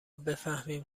بفهمیم